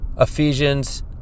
Ephesians